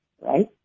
right